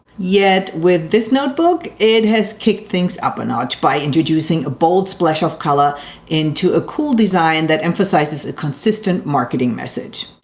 yet with this notebook it has kicked things up a notch by introducing a bold splash of color into a cool design that emphasizes a consistent marketing message.